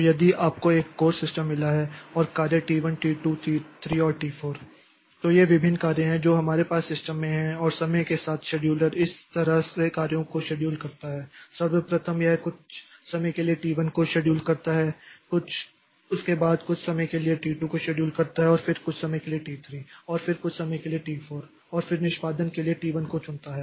तो यदि आपको एक कोर सिस्टम मिला है और कार्य T1 T2 T3 और T4 तो ये विभिन्न कार्य हैं जो हमारे पास सिस्टम में हैं और समय के साथ शेड्यूलर इस तरह से कार्यों को शेड्यूल करता है सर्वप्रथम यह कुछ समय के लिए T1 को शेड्यूल करता है उसके बाद यह कुछ समय के लिए T2 को शेड्यूल करता है फिर कुछ समय के लिए T3 फिर कुछ समय के लिए T4 और फिर निष्पादन के लिए T1 को चुनता है